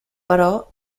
però